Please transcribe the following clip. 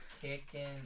Kicking